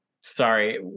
sorry